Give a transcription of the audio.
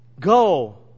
Go